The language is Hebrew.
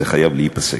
זה חייב להיפסק.